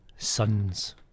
Sons